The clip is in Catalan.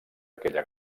aquella